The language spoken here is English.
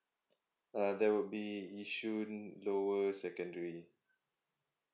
uh that would be yishun lower secondary